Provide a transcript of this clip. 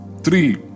three